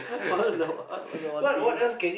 what's the what the what thing